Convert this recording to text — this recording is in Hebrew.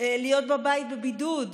להיות בבית בבידוד.